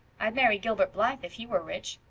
i'd marry gilbert blythe if he were rich.